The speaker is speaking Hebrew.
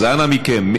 אז אנא מכם.